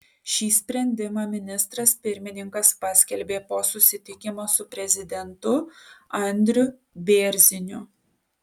šį sprendimą ministras pirmininkas paskelbė po susitikimo su prezidentu andriu bėrziniu